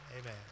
Amen